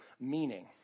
meaning